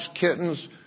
kittens